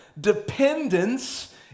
Dependence